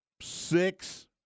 six